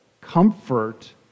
comfort